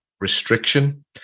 restriction